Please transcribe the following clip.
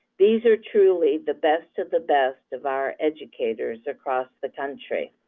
these are truly the best of the best of our educators across the country.